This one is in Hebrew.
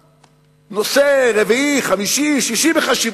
נושא רביעי, חמישי, שישי בחשיבותו.